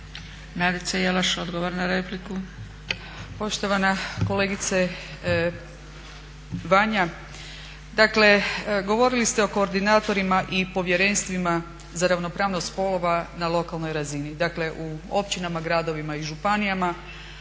**Jelaš, Nadica (SDP)** Poštovana kolegice Vanja dakle govorili ste o koordinatorima i povjerenstvima za ravnopravnost spolova na lokalnoj razini, dakle u općinama, gradovima i županijama.